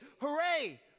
hooray